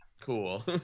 cool